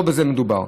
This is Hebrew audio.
לא בזה מדובר.